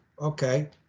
okay